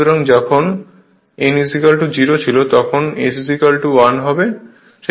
সুতরাং যখন n 0 ছিল তখন S 1 হবে